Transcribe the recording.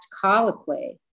colloquy